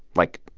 like,